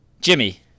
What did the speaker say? Jimmy